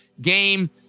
game